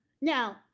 Now